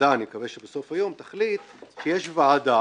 שהוועדה בסוף היום תחליט שיש ועדת